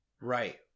Right